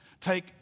take